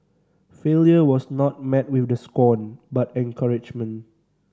failure was not met with the scorn but encouragement